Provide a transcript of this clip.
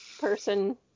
person